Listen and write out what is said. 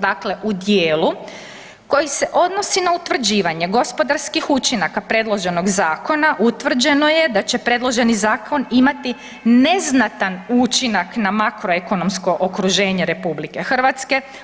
Dakle, u djelu koji se odnosi na utvrđivanje gospodarskih učinaka predloženog zakona, utvrđeno je da će predloženi zakon imati neznatan učinak na makroekonomsko okruženje RH,